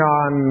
on